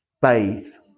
faith